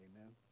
Amen